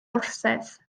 orsedd